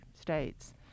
states